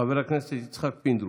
חבר הכנסת יצחק פינדרוס,